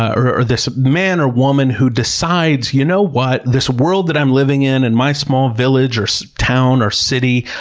or or this man or woman who decides, you know what? this world that i'm living, and my small village or so town or city.